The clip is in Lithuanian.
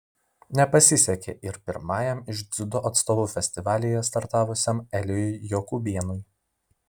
nepasisekė ir pirmajam iš dziudo atstovų festivalyje startavusiam elijui jokubėnui